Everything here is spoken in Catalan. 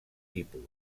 tipus